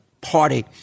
party